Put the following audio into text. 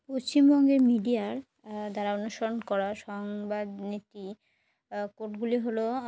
পশ্চিমবঙ্গের মিডিয়ার দ্বারা অনুসরণ করা সংবাদনীতি কোডগুলি হলো